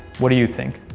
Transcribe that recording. what do you think?